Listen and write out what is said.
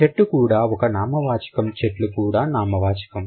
చెట్టు కూడా ఒక నామవాచకం చెట్లు కూడా నామవాచకం